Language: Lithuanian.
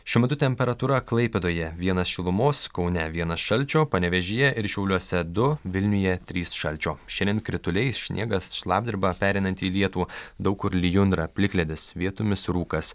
šiuo metu temperatūra klaipėdoje vienas šilumos kaune vienas šalčio panevėžyje ir šiauliuose du vilniuje trys šalčio šiandien krituliai sniegas šlapdriba pereinanti į lietų daug kur lijundra plikledis vietomis rūkas